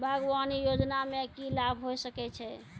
बागवानी योजना मे की लाभ होय सके छै?